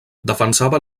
defensava